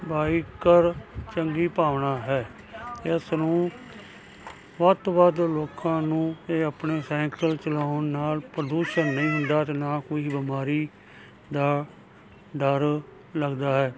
biker ਚੰਗੀ ਭਾਵਨਾ ਹੈ ਇਸ ਨੂੰ ਵੱਧ ਤੋਂ ਵੱਧ ਲੋਕਾਂ ਨੂੰ ਇਹ ਆਪਣੇ ਸਾਈਕਲ ਚਲਾਉਣ ਨਾਲ ਪ੍ਰਦੂਸ਼ਣ ਨਹੀਂ ਹੁੰਦਾ ਅਤੇ ਨਾ ਕੋਈ ਬਿਮਾਰੀ ਦਾ ਡਰ ਲੱਗਦਾ ਹੈ